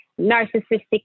narcissistic